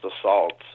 Assaults